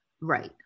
Right